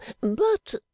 But